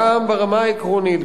גם ברמה העקרונית,